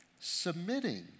Submitting